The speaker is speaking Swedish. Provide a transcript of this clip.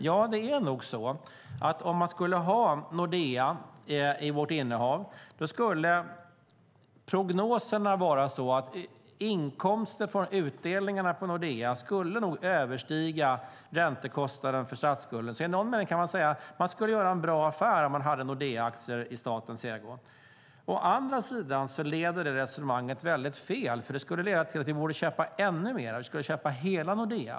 Ja, om vi skulle ha Nordea i vårt innehav skulle nog prognoserna vara sådana att inkomsterna från Nordeas utdelningar skulle överstiga räntekostnaden från statsskulden. I någon mening kan man alltså säga att vi skulle göra en bra affär om vi hade Nordeaaktier i statens ägo. Å andra sidan leder det resonemanget väldigt fel, för det skulle leda till att vi borde köpa ännu mer. Vi skulle köpa hela Nordea.